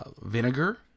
vinegar